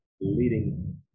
Leading